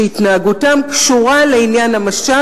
שהתנהגותם קשורה לעניין המשט.